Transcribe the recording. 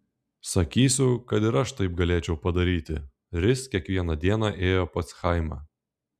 sakysiu kad ir aš taip galėčiau padaryti ris kiekvieną dieną ėjo pas chaimą